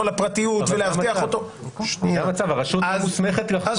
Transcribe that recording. על הפרטיות ולאבטח אותו -- אבל הרשות מוסמכת ---- אז